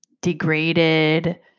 degraded